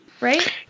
right